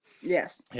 Yes